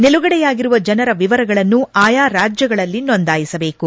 ನಿಲುಗಡೆಯಾಗಿರುವ ಜನರ ವಿವರಗಳನ್ನು ಆಯಾ ರಾಜ್ಯಗಳಲ್ಲಿ ನೋಂದಾಯಿಸಬೇಕು